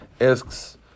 asks